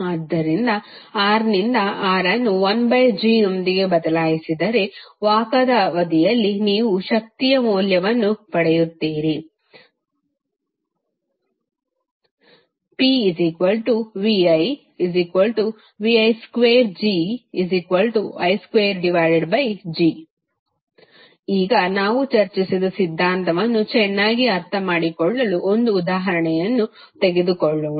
ಆದ್ದರಿಂದ R ನಿಂದ R ಅನ್ನು 1 G ನೊಂದಿಗೆ ಬದಲಾಯಿಸಿದರೆ ವಾಹಕದ ಅವಧಿಯಲ್ಲಿ ನೀವು ಶಕ್ತಿಯ ಮೌಲ್ಯವನ್ನು ಪಡೆಯುತ್ತೀರಿ pviv2Gi2G Refer Slide Title 0920 ಈಗ ನಾವು ಚರ್ಚಿಸಿದ ಸಿದ್ಧಾಂತವನ್ನು ಚೆನ್ನಾಗಿ ಅರ್ಥಮಾಡಿಕೊಳ್ಳಲು ಒಂದು ಉದಾಹರಣೆಯನ್ನು ತೆಗೆದುಕೊಳ್ಳೋಣ